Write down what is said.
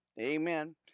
Amen